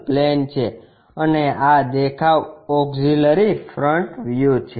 plane છે અને આ દેખાવ ઓક્ષીલરી ફ્રન્ટ વ્યુ છે